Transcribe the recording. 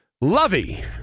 Lovey